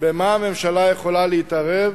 במה הממשלה יכולה להתערב